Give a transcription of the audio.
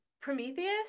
Prometheus